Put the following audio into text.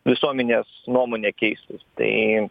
visuomenės nuomonė keistis tai